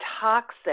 toxic